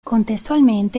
contestualmente